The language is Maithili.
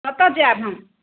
कतय जायब हम